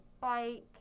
bike